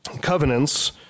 covenants